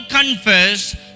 confess